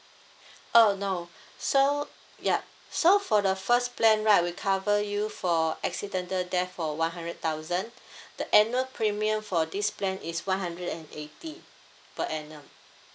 err no so yup so for the first plan right we cover you for accidental death for one hundred thousand the annual premium for this plan is one hundred and eighty per annum